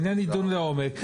העניין יידון לעומק,